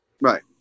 right